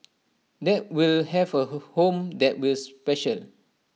that will have A home that will special